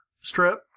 strip